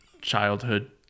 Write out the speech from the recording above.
childhood